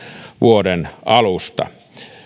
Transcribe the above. vuoden kaksituhattakaksikymmentä alusta